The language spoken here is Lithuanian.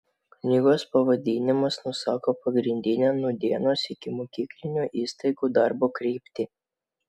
knygos pavadinimas nusako pagrindinę nūdienos ikimokyklinių įstaigų darbo kryptį